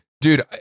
Dude